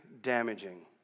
damaging